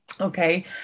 Okay